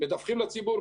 מדווחים לציבור,